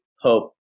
hope